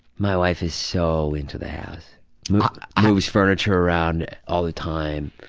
my wife is so into the house moves furniture around all the time.